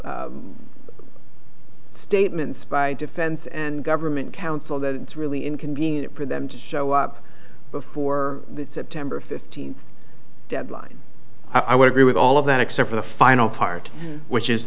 statements by defense and government counsel that it's really inconvenient for them to show up before the september fifteenth deadline i would agree with all of that except for the final part which is